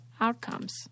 outcomes